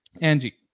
Angie